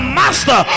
master